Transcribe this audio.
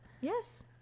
yes